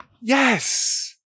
Yes